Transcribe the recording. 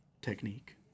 technique